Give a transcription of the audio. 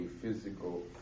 physical